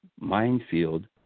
minefield